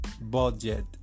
budget